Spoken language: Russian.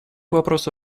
вопросу